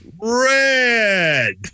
Red